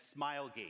Smilegate